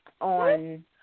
on